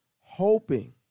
hoping